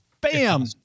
Bam